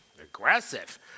aggressive